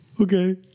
Okay